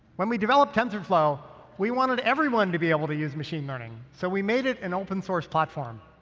when we developed tensorflow, we wanted everyone to be able to use machine learning, so we made it an open source platform.